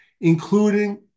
including